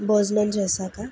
భోజనం చేసాక